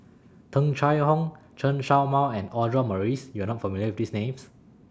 Tung Chye Hong Chen Show Mao and Audra Morrice YOU Are not familiar with These Names